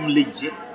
legit